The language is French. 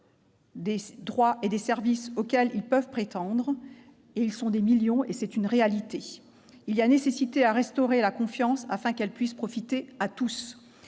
des droits et des services auxquels ils peuvent prétendre. Ils sont des millions ! Il est nécessaire de restaurer la confiance afin qu'elle puisse profiter à tous.